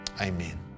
Amen